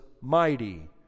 mighty